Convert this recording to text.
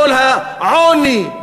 עול העוני,